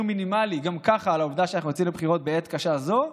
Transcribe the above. מינימלי גם ככה על העובדה שאנחנו הולכים לבחירות בעת קשה זו.